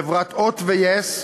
חברות "הוט" ו-yes,